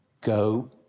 Go